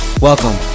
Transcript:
Welcome